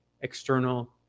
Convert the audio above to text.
external